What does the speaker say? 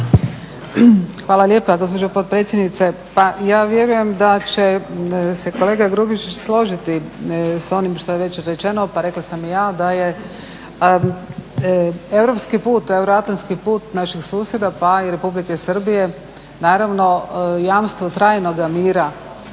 Hvala lijepa gospođo potpredsjednice. Pa ja vjerujem da će se kolega Grubišić složiti s onim što je već rečeno, pa rekla sam i ja da je europski put, euroatlantski put naših susjeda pa i Republike Srbije jamstvo trajnoga mira